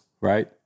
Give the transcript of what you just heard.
right